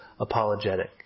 apologetic